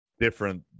different